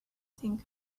think